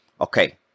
Okay